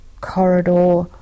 corridor